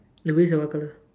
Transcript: the wheels are what colour